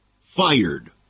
fired